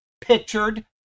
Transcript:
pictured